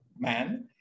Man